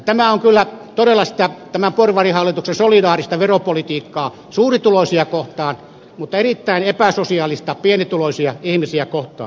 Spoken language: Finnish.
tämä on kyllä todella tämän porvarihallituksen solidaarista veropolitiikkaa suurituloisia kohtaan mutta erittäin epäsosiaalista pienituloisia ihmisiä kohtaan